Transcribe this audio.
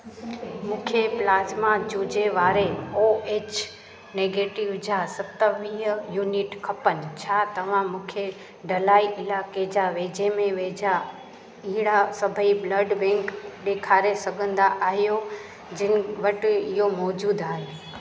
मुखे प्लाज़मा जुजे वारे ओ एच नेगिटिव जा सतावीह यूनिट खपनि छा तव्हां मूंखे ढलाई इलाइके जा वेझे में वेझा अहिड़ा सभई ब्लड बैंक ॾेखारे सघंदा आहियो जिन वटि इहो मौजूद आहे